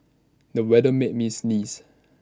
the weather made me sneeze